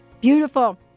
Beautiful